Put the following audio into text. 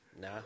Nah